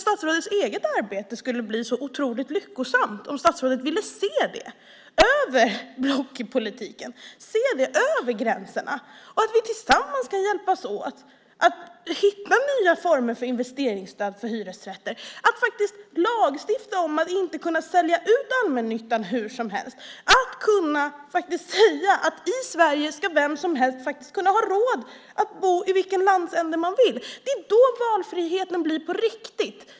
Statsrådets eget arbete skulle bli otroligt lyckosamt om statsrådet ville se det över blockpolitiken, över gränserna. Vi kan tillsammans hjälpas åt att hitta nya former för investeringsstöd för hyresrätter och lagstifta om att man inte ska kunna sälja ut allmännyttan hur som helst. I Sverige ska vem som helst kunna ha råd att bo i vilken landsända man vill. Det är då valfriheten blir på riktigt.